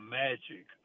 magic